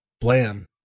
Blam